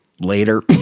later